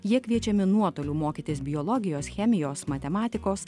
jie kviečiami nuotoliu mokytis biologijos chemijos matematikos